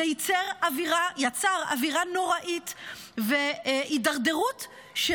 זה יצר אווירה נוראית והידרדרות של